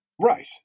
Right